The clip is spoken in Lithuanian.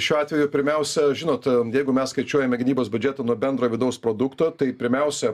šiuo atveju pirmiausia žinot jeigu mes skaičiuojame gynybos biudžetą nuo bendrojo vidaus produkto tai pirmiausia